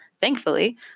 thankfully